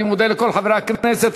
אני מודה לכל חברי הכנסת.